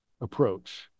approach